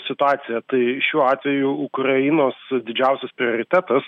situaciją tai šiuo atveju ukrainos didžiausias prioritetas